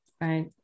right